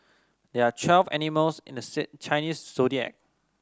there are twelve animals in the Chinese Zodiac